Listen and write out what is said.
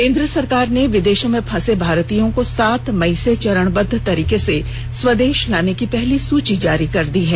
केंद्र सरकार ने विदेशों में फंसे भारतीयों को सात मई से चरणबद्व तरीके से स्वदेश लाने की पहली सूची जारी कर दी है